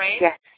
yes